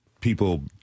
people